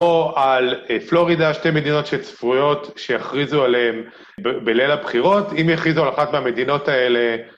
או על פלורידה, שתי מדינות שצפויות שיכריזו עליהן בליל הבחירות, אם יכריזו על אחת מהמדינות האלה...